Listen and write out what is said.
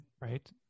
Right